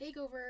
takeover